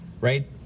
Right